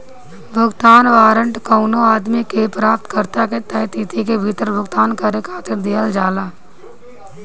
भुगतान वारंट कवनो आदमी के प्राप्तकर्ता के तय तिथि के भीतर भुगतान करे खातिर दिहल जाला